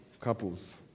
Couples